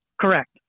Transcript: Correct